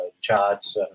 charts